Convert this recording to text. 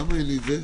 למה אין לי את זה?